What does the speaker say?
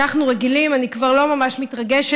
אנחנו רגילים, אני כבר לא ממש מתרגשת,